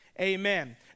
amen